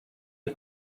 and